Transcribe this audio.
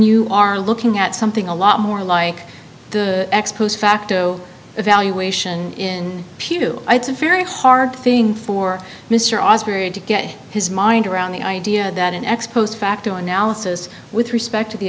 you are looking at something a lot more like the ex post facto evaluation in p two it's a very hard thing for mr austrian to get his mind around the idea that an ex post facto analysis with respect to the